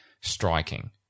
striking